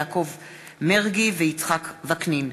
יעקב מרגי ויצחק וקנין,